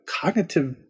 cognitive